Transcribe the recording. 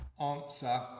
answer